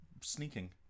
Sneaking